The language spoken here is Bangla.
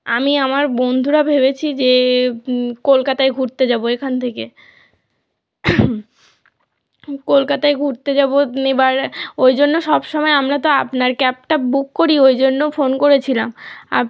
আমি আমার বন্ধুরা ভেবেছি যে কলকাতায় ঘুরতে যাবো এখান থেকে কলকাতায় ঘুরতে যাবো এবার ওই জন্য সবসময় আমরা তো আপনার ক্যাবটা বুক করি ওই জন্য ফোন করেছিলাম আপ